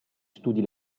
studi